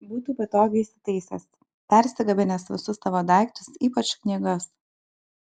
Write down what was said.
būtų patogiai įsitaisęs persigabenęs visus savo daiktus ypač knygas